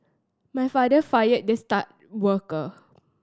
my father fired the star worker